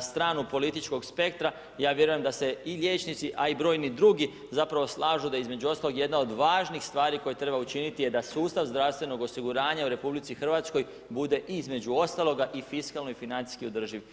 stranu političkog spektra, ja vjerujem da se i liječnici a i brojni drugi zapravo slažu da između ostalog jedna od važnih stvari koje treba učiniti je da sustav zdravstvenog osiguranja u RH bude između ostaloga i fiskalno i financijski održiv.